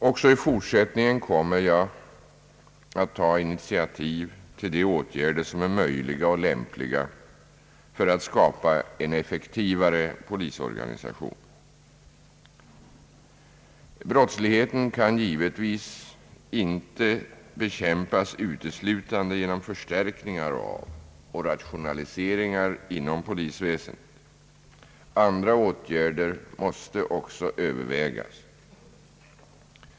Även i fortsättningen kommer jag att ta initiativ till de åtgärder som är möjliga och lämpliga för att skapa en effektivare polisorganisation. Brottsligheten kan givetvis inte bekämpas uteslutande genom förstärkningar av och rationaliseringar inom «polisväsendet. Andra åtgärder måste också övervägas.